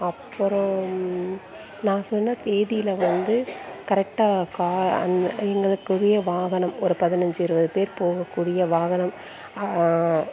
அப்பு றம் நான் சொன்ன தேதியில் வந்து கரெக்டாக எங்களுக்குரிய வாகனம் ஒரு பதினஞ்சு இருபது பேர் போகக்கூடிய வாகனம்